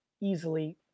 easily